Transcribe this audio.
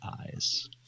eyes